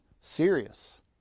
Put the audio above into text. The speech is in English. serious